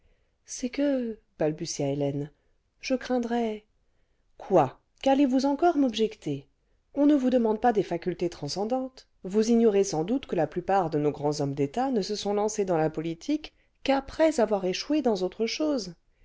c'est que balbutia hélène je craindrais quoi qu'allez-vous encore m'objecter on ne vous demande pas des facultés transcendantes vous ignorez sans doute que la plupart de nos grands hommes d'état ne se sont lancés clans la politique qu'après avoir échoué dans autre chose